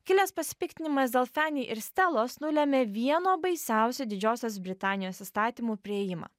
kilęs pasipiktinimas dėl fani ir stelos nulėmė vieno baisiausių didžiosios britanijos įstatymų priėjimą